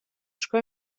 sco